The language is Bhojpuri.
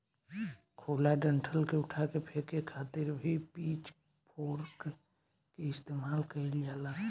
खुला डंठल के उठा के फेके खातिर भी पिच फोर्क के इस्तेमाल कईल जाला